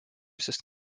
sest